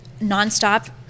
nonstop